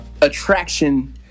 attraction